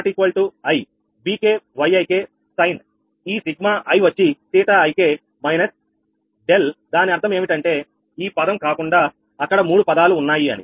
k≠ i 𝑉𝑘 𝑌𝑖𝑘 sign ఈ సిగ్మాi వచ్చి 𝜃𝑖𝑘 − 𝛿 దాని అర్థం ఏమిటంటేఈ పదం కాకుండా అక్కడ మూడు పదాలు ఉన్నాయి అని